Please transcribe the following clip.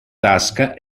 tasca